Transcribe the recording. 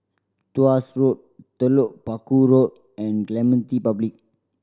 Tuas Road Telok Paku Road and Clementi Public